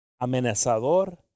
amenazador